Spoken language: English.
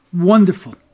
Wonderful